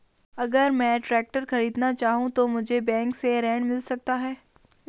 अगर मैं ट्रैक्टर खरीदना चाहूं तो मुझे बैंक से ऋण मिल सकता है?